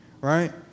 Right